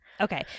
Okay